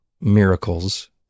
miracles